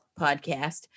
podcast